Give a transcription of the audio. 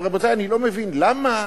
רבותי, אני לא מבין למה